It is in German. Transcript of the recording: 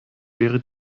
wäre